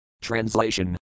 Translation